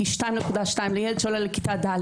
כי 2.2 לילד שעולה לכיתה ד',